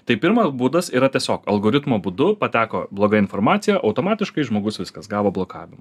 tai pirmas būdas yra tiesiog algoritmo būdu pateko bloga informacija automatiškai žmogus viskas gavo blokavimą